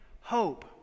hope